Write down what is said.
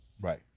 Right